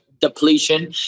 depletion